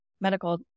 medical